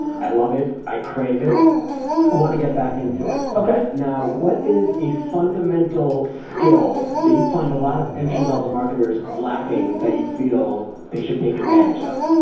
i love it. i crave it. i want to get back into it. okay. now, what is a fundamental skill that you find a lot of entry level marketers lacking that you feel they should take advantage of